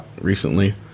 recently